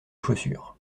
chaussures